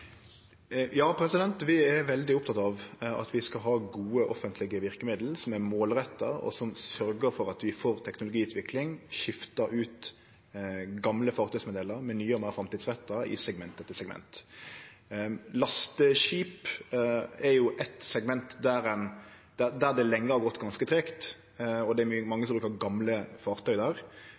Vi er veldig opptekne av at vi skal ha gode offentlege verkemiddel som er målretta, og som sørgjer for at vi får teknologiutvikling og skifter ut gamle fartøymodellar med nye og meir framtidsretta i segment etter segment. Lasteskip er eitt segment der det lenge har gått ganske treigt, og der det er mange som brukar gamle fartøy.